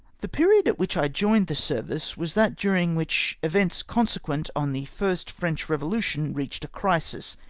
the period at which i joined the service was that during which events consequent on the first french revo lution reached a crisis,